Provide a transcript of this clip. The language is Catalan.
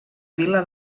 vila